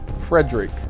Frederick